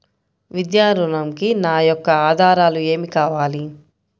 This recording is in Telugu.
విద్యా ఋణంకి నా యొక్క ఆధారాలు ఏమి కావాలి?